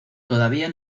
todavía